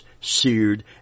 seared